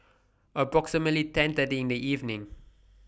approximately ten thirty in The evening